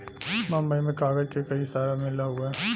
बम्बई में कागज क कई सारा मिल हउवे